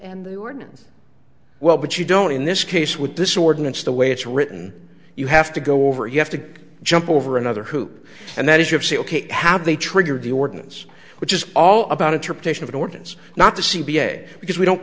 and they were well but you don't in this case with this ordinance the way it's written you have to go over you have to jump over another hoop and that is you have say ok how they trigger the ordinance which is all about interpretation of an ordinance not to c b a because we don't